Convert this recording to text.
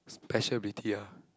special ability ah